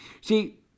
See